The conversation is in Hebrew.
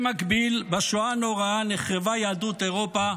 במקביל בשואה הנוראה נחרבה יהדות אירופה,